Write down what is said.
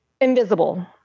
invisible